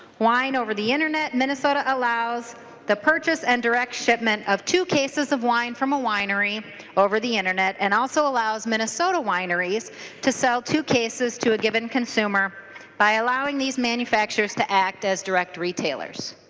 wine over the internet minnesota allows the purchase and direct shipment of two cases of wine from a winery over the internet and also allows minnesota wineries to sell two cases to a given consumer by allowing these manufacturers to act as direct retailers.